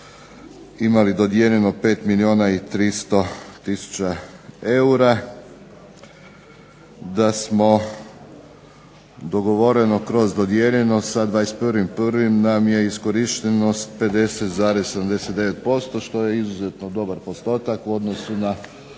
imali dodijeljeno 5 milijuna i 300 tisuća eura, da smo dogovoreno kroz dodijeljeno sa 21.01. nam je iskorištenost 50,79% što je izuzetno dobar postotak u odnosu na